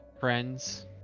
friends